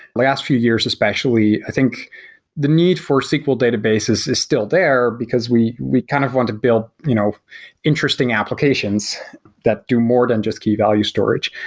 last few years especially, i think the need for sql databases is still there because we we kind of want to build you know interesting applications that do more than just keyvalue storage.